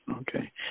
Okay